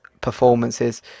performances